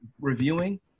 reviewing